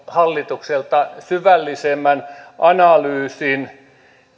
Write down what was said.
hallitukselta syvällisemmän analyysin